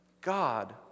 God